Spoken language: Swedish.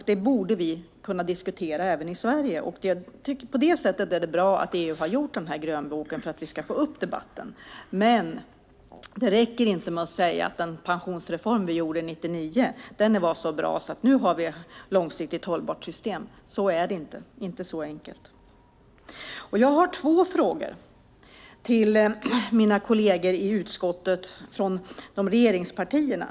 Det borde kunna diskuteras även i Sverige. Det är bra att EU har gjort denna grönbok eftersom vi därmed får upp den här debatten. Men det räcker inte att säga att den pensionsreform vi gjorde 1999 är så bra att vi nu har ett långsiktigt hållbart system. Så enkelt är det inte. Jag har två frågor till mina utskottskolleger från regeringspartierna.